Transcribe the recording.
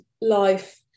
life